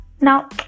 Now